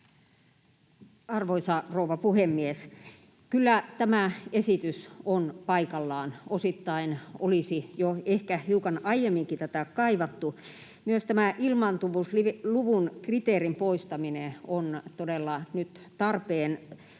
Arvoisa rouva puhemies! Kyllä tämä esitys on paikallaan, osittain olisi ehkä jo hiukan aiemminkin tätä kaivattu. Myös tämä ilmaantuvuusluvun kriteerin poistaminen on todella nyt tarpeen,